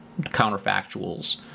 counterfactuals